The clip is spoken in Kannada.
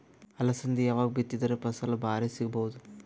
ಅಲಸಂದಿ ಯಾವಾಗ ಬಿತ್ತಿದರ ಫಸಲ ಭಾರಿ ಸಿಗಭೂದು?